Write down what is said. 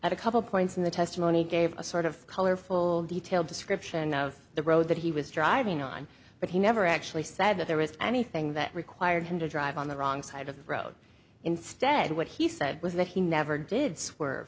at a couple points in the testimony gave a sort of colorful detailed description of the road that he was driving on but he never actually said that there was anything that required him to drive on the wrong side of the road instead what he said was that he never did swerve